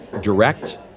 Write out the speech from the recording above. direct